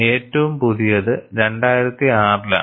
ഏറ്റവും പുതിയത് 2006 ലാണ്